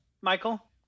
Michael